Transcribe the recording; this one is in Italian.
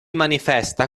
manifesta